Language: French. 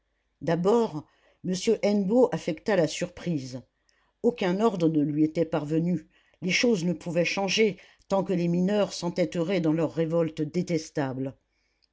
d'abord m hennebeau affecta la surprise aucun ordre ne lui était parvenu les choses ne pouvaient changer tant que les mineurs s'entêteraient dans leur révolte détestable